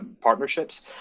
partnerships